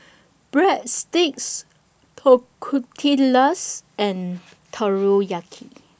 Breadsticks and Teriyaki